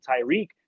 Tyreek